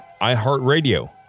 iHeartRadio